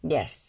Yes